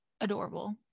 adorable